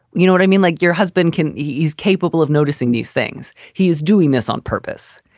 you know what i mean? like your husband can. he is capable of noticing these things. he is doing this on purpose.